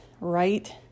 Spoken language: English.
right